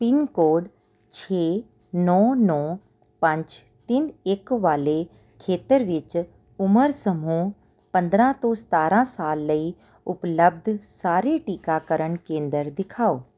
pin code ਛੇ ਨੌ ਨੌ ਪੰਜ ਤਿੰਨ ਇੱਕ ਵਾਲੇ ਖੇਤਰ ਵਿੱਚ ਉਮਰ ਸਮੂਹ ਪੰਦਰ੍ਹਾਂ ਤੋਂ ਸਤਾਰ੍ਹਾਂ ਸਾਲ ਲਈ ਉਪਲਬਧ ਸਾਰੇ ਟੀਕਾਕਰਨ ਕੇਂਦਰ ਦਿਖਾਓ